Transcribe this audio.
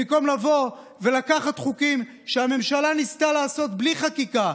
במקום לבוא ולקחת חוקים שהממשלה ניסתה לעשות בלי חקיקה.